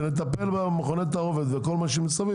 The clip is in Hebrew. בסוף כשנטפל במכוני תערובת ובכל מה שצריך,